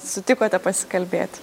sutikote pasikalbėt